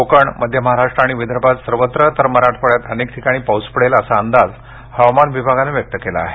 कोकण मध्य महाराष्ट्र आणि विदर्भात सर्वत्र तर मराठवाड्यात अनेक ठिकाणी पाऊस पडेल असा अंदाज हवामान विभागानं व्यक्त केला आहे